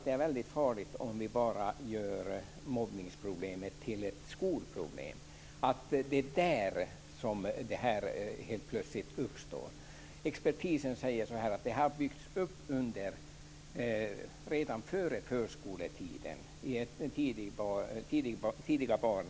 Det är väldigt farligt om vi bara gör mobbningsproblemet till ett skolproblem och anser att det är där som problemet helt plötsligt uppstår. Expertisen säger att det har byggts upp redan före förskoletiden i tidiga barnaår.